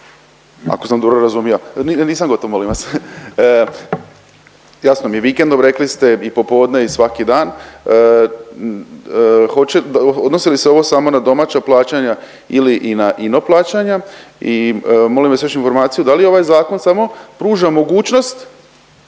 ako sam dobro razumio? Nisam gotov molim vas. Jasno mi je vikendom rekli ste i popodne i svaki dan. Odnosi li se ovo samo na domaća plaćanja ili i na ino plaćanja i molim vas još informaciju da li ovaj zakon samo pruža mogućnost